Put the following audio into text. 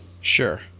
Sure